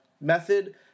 method